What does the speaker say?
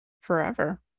forever